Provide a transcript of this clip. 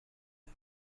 کنه